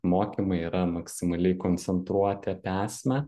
mokymai yra maksimaliai koncentruoti apie esmę